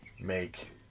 make